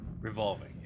revolving